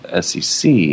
SEC